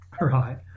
Right